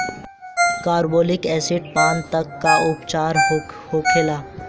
Carbolic acid पान तब का उपचार होखेला?